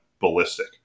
Ballistic